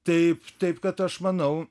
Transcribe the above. taip taip kad aš manau